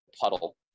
puddle